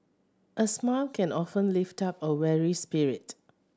a smile can often lift up a weary spirit